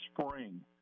spring